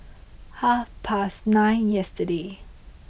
half past nine yesterday